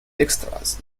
extras